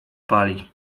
pali